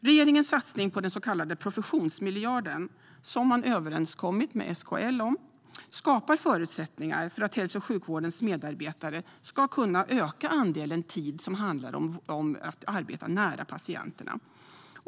Regeringens satsning på den så kallade professionsmiljarden, som man överenskommit med SKL om, skapar förutsättningar för hälso och sjukvårdens medarbetare att öka andelen tid som handlar om att arbeta nära patienterna.